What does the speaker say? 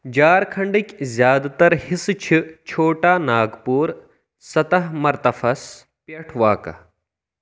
جھارکھنڈٕکۍ زِیٛادٕ تَر حِصہٕ چھِ چھوٹا ناگپور سطح مرتفس پٮ۪ٹھ واقعہ